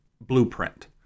blueprint